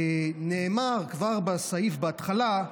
כך נאמר כבר בסעיף בהתחלה,